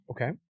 Okay